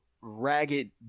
ragged